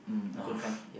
mm oh